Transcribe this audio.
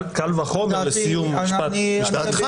אני אומר את דעתי.